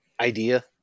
idea